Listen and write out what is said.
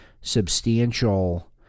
substantial